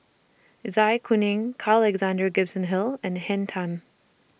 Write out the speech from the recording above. Zai Kuning Carl Alexander Gibson Hill and Henn Tan